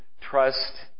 trust